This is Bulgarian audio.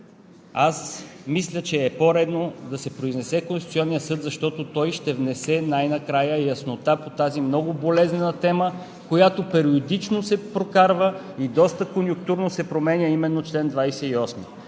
мисля, че е по-редно да се произнесе Конституционният съд, защото той ще внесе най-накрая яснота по тази много болезнена тема, която периодично се прокарва и доста конюнктурно се променя именно чл. 28,